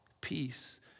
peace